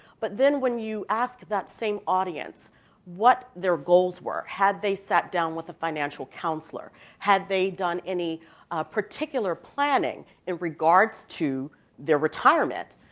but then when you asked that same audience what their goals were, had they sat down with the financial counselor, had they done any particular planning in regards to their retirement,